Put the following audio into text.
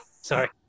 Sorry